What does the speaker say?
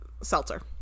seltzer